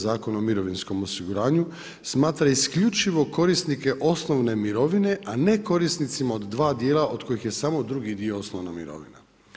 Zakona o mirovinskom osiguranju smatra isključivo korisnike osnovne mirovine, a ne korisnicima od dva dijela od kojih je samo drugi dio osnovna mirovina.